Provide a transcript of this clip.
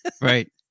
Right